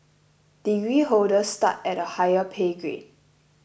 degree holders start at a higher pay grade